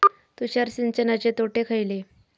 तुषार सिंचनाचे तोटे खयले?